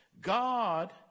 God